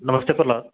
नमस्ते Prahlad